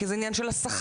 כי זה עניין של השכר.